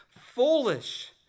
foolish